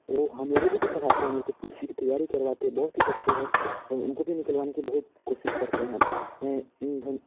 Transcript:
वो हम लोगों को भी पढ़ाते है हम लोग को पुलिस की तैयारी करवाते है बहुत ही बच्चे हैं और उनको भी निकलवाने की बहुत कोशिश करते है मैं इन धन